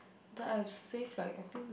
that I've saved like I think